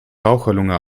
raucherlunge